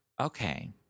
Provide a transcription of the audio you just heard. Okay